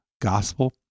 gospel